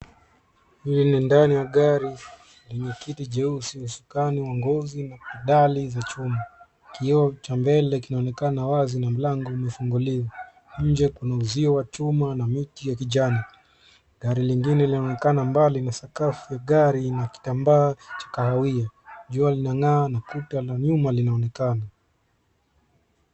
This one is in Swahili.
Hili ni ndani ya gari lenye kiti jeusi usukani wa ngozi na dari za chuma. Kioo cha mbele kinaonekana wazi na mlango umefunguliwa. Nje kuna uzio wa chuma na miti ya kijani. Gari lingine linaonekana mbali na sakafu ya gari na kitambaa cha kahawia. Jua linang'aa na kuta la nyuma linaonekana.